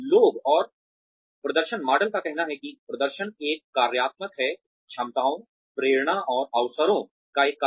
लोग और प्रदर्शन मॉडल का कहना है कि प्रदर्शन एक कार्यात्मक है क्षमताओं प्रेरणा और अवसरों का एक कार्य है